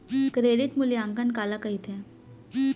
Credit मूल्यांकन काला कहिथे?